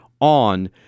on